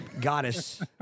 goddess